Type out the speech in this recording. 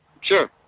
Sure